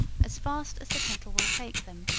as fast as the kettle will take them,